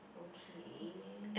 okay